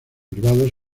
privados